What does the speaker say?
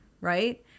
Right